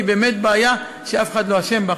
כי היא באמת בעיה שאף אחד לא אשם בה.